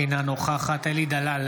אינה נוכחת אלי דלל,